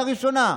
לראשונה.